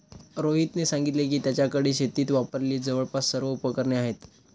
रोहितने सांगितले की, त्याच्याकडे शेतीत वापरलेली जवळपास सर्व उपकरणे आहेत